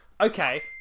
okay